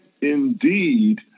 indeed